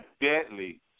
deadly